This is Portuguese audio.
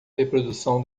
reprodução